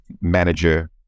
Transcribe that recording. manager